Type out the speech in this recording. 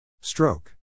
Stroke